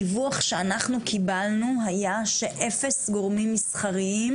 הדיווח שאנחנו קיבלנו היה שאפס גורמים מסחריים